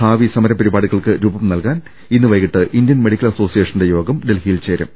ഭാവി സമരപരിപാടികൾക്ക് രൂപം നൽകാൻ ഇന്ന് വൈകിട്ട് ഇന്ത്യൻ മെഡിക്കൽ അസോസിയേഷന്റെ യോഗം ഡൽഹി യിൽ ചേരും